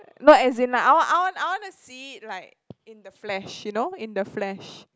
no as in like I want I want I wanna see it like in the flesh you know in the flesh